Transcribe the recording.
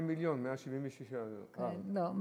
2 מיליון ו-176, לא.